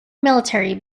military